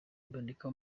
iboneka